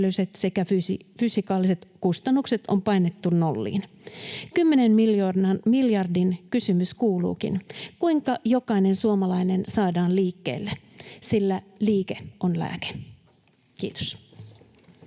sekä fysikaaliset kustannukset on painettu nolliin. Kymmenen miljardin kysymys kuuluukin: kuinka jokainen suomalainen saadaan liikkeelle? Nimittäin liike on lääke. — Kiitos.